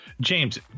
James